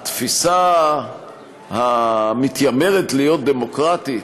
התפיסה המתיימרת להיות דמוקרטית,